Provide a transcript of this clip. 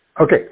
Okay